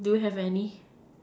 do you have any